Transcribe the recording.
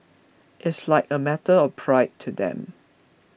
it's like a matter of pride to them